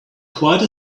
quite